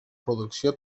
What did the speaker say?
producció